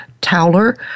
Towler